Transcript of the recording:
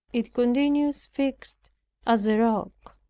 it continues fixed as a rock.